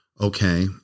okay